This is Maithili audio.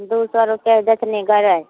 दू सए देथिन गरइ